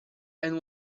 and